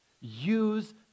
Use